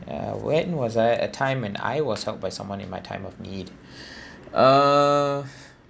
uh when was I at time when I was helped by someone in my time of need uh